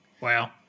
Wow